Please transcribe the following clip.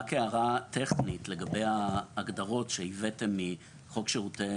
רק הערה טכנית לגבי ההגדרות שהבאתם מחוק שירותי